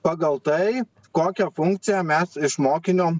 pagal tai kokią funkciją mes iš mokinio